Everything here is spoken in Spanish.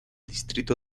distrito